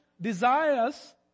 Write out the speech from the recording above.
desires